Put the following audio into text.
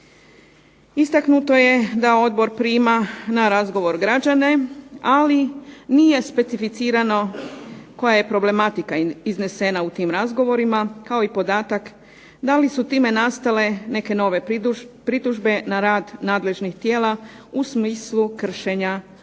Istaknuto je da Odbor prima na razgovor građane ali nije specificirano koja je problematika iznesena u tim razgovorima, kao i podatak da li su time nastale neke nove pritužbe na rad nadležnih tijela u smislu kršenja